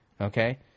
Okay